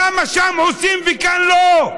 למה שם עושים וכאן לא?